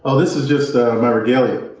ah this is just ah my regalia.